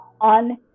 on